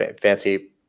fancy